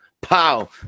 Pow